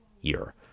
year